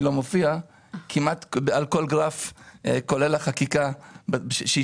לא מופיע בה כמעט על כל גרף כולל החקיקה שהשווינו.